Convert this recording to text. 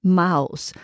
mouse